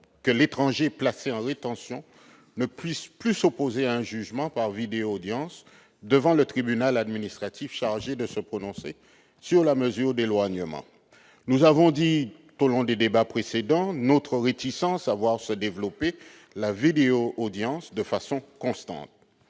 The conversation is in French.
qu'un étranger placé en rétention ne puisse plus s'opposer à un jugement par vidéo-audience devant le tribunal administratif chargé de se prononcer sur la mesure d'éloignement. Nous avons dit, tout au long des débats précédents, notre réticence à voir se développer la vidéo-audience de façon constante.